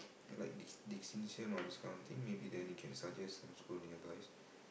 like di~ distinction on this kind of thing maybe they only can suggest some school nearby